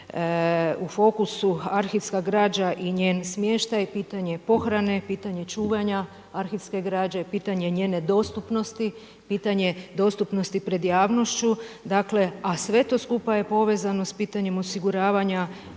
u fokusu arhivska građana i njen smještaj, pitanje pohrane, pitanje čuvanja arhivske građe, pitanje njene dostupnosti, pitanje dostupnošću pred javnošću, dakle a sve to skupa je povezano sa pitanjem osiguravanja